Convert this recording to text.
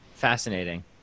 fascinating